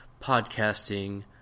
podcasting